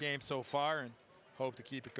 game so far and hope to keep it